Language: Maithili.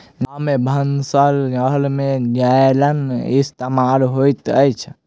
गाम में भानस घर में जारैन इस्तेमाल होइत अछि